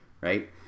right